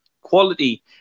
Quality